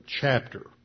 chapter